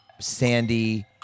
Sandy